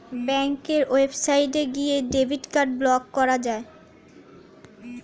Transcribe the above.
ব্যাঙ্কের ওয়েবসাইটে গিয়ে ডেবিট কার্ড ব্লক করা যায়